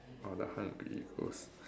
ah the hungry ghost